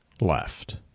left